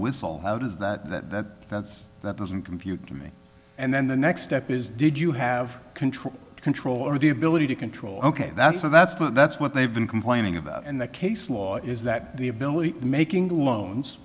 whistle how does that that that's that doesn't compute to me and then the next step is did you have control control or the ability to control ok that's so that's not that's what they've been complaining about and the case law is that the ability making loans